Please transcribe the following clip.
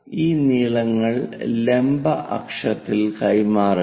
ഈ നീളങ്ങൾ ലംബ അക്ഷത്തിൽ കൈമാറുക